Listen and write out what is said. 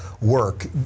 work